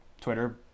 twitter